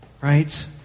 Right